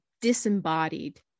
disembodied